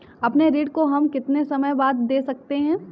अपने ऋण को हम कितने समय बाद दे सकते हैं?